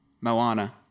Moana